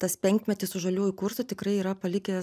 tas penkmetis su žaliųjų kursu tikrai yra palikęs